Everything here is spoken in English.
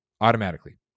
Automatically